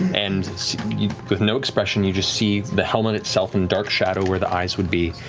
and with no expression, you just see the helmet itself and dark shadow where the eyes would be,